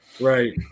Right